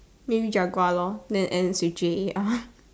maybe jaguar lor then ends with J A R